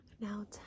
now